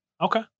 Okay